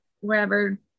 wherever